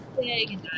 big